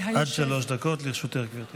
עד שלוש דקות לרשותך, גברתי.